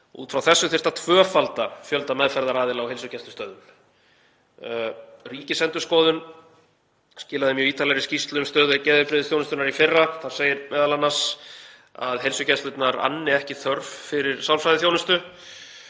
Út frá þessu þyrfti að tvöfalda fjölda meðferðaraðila á heilsugæslustöðvum. Ríkisendurskoðun skilaði mjög ítarlegri skýrslu um stöðu geðheilbrigðisþjónustunnar í fyrra og segir þar m.a. að heilsugæslurnar anni ekki þörf fyrir sálfræðiþjónustu.